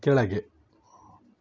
ಕೆಳಗೆ